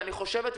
אני חושבת,